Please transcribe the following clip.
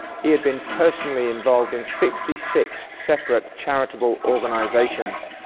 he had been personally involved in sixty six separate charitable organizations.